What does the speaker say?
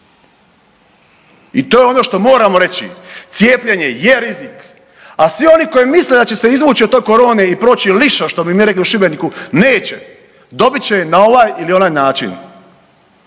I to je ono što moramo reći, cijepljenje je rizik, a svi oni koji misle da će se izvući od te korone i proći lišo što bi mi rekli u Šibeniku neće, dobit će je na ovaj ili onaj način.